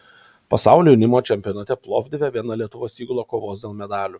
pasaulio jaunimo čempionate plovdive viena lietuvos įgula kovos dėl medalių